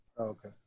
Okay